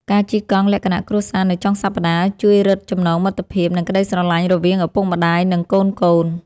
ការជិះកង់លក្ខណៈគ្រួសារនៅចុងសប្ដាហ៍ ជួយរឹតចំណងមិត្តភាព និងក្ដីស្រឡាញ់រវាងឪពុកម្ដាយ និងកូនៗ។